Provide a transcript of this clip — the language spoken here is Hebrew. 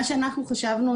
מה שאנחנו חשבנו,